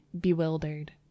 bewildered